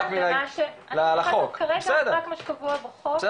אני מתייחסת כרגע רק למה שקבוע בחוק, זה תפקידי.